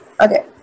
Okay